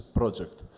project